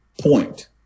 point